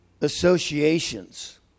associations